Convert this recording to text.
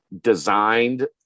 designed